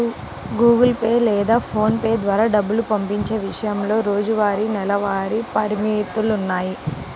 Google Pay లేదా PhonePe ద్వారా డబ్బు పంపించే విషయంలో రోజువారీ, నెలవారీ పరిమితులున్నాయి